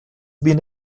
been